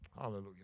Hallelujah